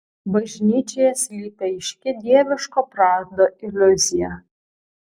bažnyčioje slypi aiški dieviško prado iliuzija